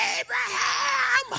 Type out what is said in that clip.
Abraham